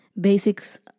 basics